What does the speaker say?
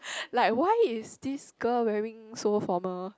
like why is this girl wearing so formal